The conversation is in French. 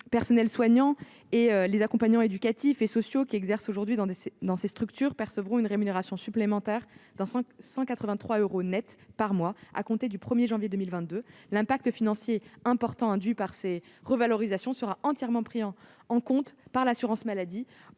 personnels soignants et les accompagnants éducatifs et sociaux qui exercent aujourd'hui dans ces structures percevront une rémunération supplémentaire de 183 euros à compter du 1 janvier 2022. L'impact financier important induit par ces revalorisations sera entièrement pris en compte par l'assurance maladie.